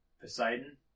Poseidon